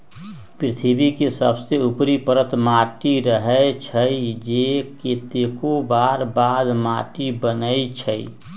पृथ्वी के सबसे ऊपरी परत माटी रहै छइ जे कतेको बरख बाद माटि बनै छइ